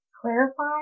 clarify